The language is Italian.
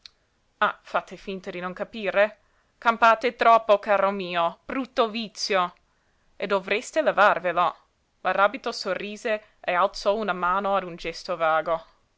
ah fate finta di non capire campate troppo caro mio brutto vizio e dovreste levarvelo maràbito sorrise e alzò una mano a un gesto vago